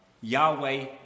Yahweh